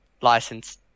license